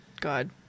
god